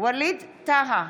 ווליד טאהא,